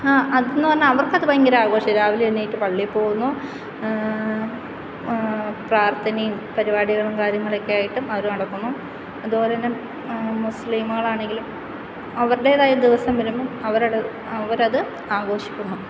അതെന്നു പറഞ്ഞാൽ അവർക്ക് അത് ഭയങ്കര ആഘോഷമാണ് രാവിലെ എണീറ്റ് പള്ളിയിൽ പോകുന്നു പ്രാർത്ഥനയും പരിപാടികളും കാര്യങ്ങളും ഒക്കെ ആയിട്ട് അവർ നടക്കുന്നു അതുപോലെതന്നെ മുസ്ലിമുകളാണെങ്കിലും അവരുടേതായ ദിവസം വരുമ്പോൾ അവരട് അവരത് ആഘോഷിക്കുന്നു